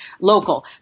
local